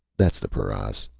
that's the paras,